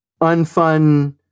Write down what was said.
unfun